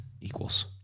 equals